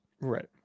right